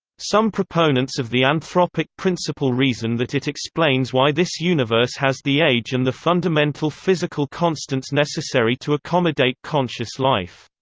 some proponents of the anthropic principle reason that it explains why this universe has the age and the fundamental physical constants necessary to accommodate conscious life.